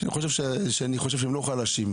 שאני חושב שהם לא חלשים,